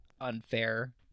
unfair